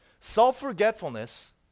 Self-forgetfulness